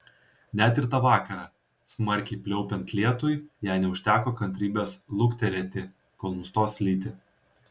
net ir tą vakarą smarkiai pliaupiant lietui jai neužteko kantrybės lukterėti kol nustos lyti